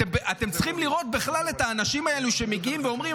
אתם צריכים לראות את האנשים האלה שמגיעים ואומרים,